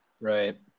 Right